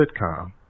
sitcom